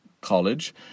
college